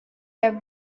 have